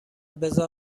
بزار